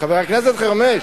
חבר הכנסת חרמש,